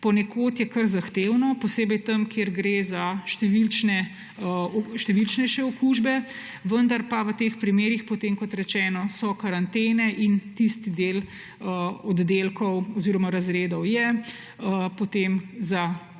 Ponekod je kar zahtevno, posebej tam, kjer gre za številnejše okužbe, vendar so v teh primerih potem, kot rečeno, karantene in tisti del oddelkov oziroma razredov je za določen